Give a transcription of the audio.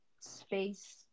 space